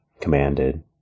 commanded